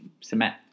cement